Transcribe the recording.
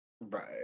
Right